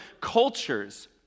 cultures